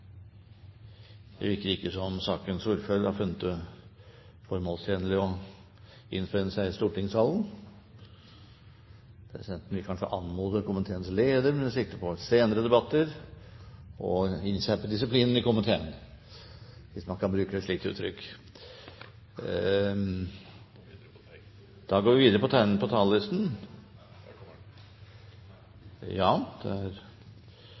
Det virker ikke som om sakens ordfører har funnet det formålstjenlig å innfinne seg i stortingssalen. Presidenten vil kanskje anmode komiteens leder, med sikte på senere debatter, å innskjerpe disiplinen i komiteen, hvis man kan bruke et slikt uttrykk. Da går vi videre på talerlisten. Da gir jeg ordet til sakens ordfører, Jørund Rytman. Taletiden er